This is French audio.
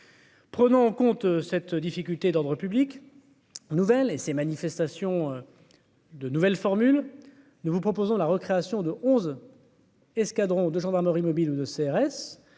Prenant en compte cette difficulté d'ordre public, nouvelle et ces manifestations de nouvelles formules, nous vous proposons la recréation de onze. Escadrons de gendarmerie mobile ou de CRS,